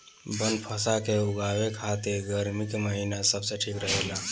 बनफशा के उगावे खातिर गर्मी के महिना सबसे ठीक रहेला